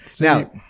Now